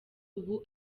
ubu